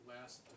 last